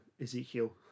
Ezekiel